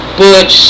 butch